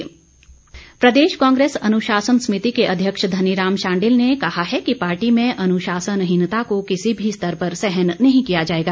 शांडिल कांग्रेस प्रदेश कांग्रेस अनुशासन समिति के अध्यक्ष धनीराम शांडिल ने कहा है कि पार्टी में अनुशासनहीनता को किसी भी स्तर पर सहन नहीं किया जाएगा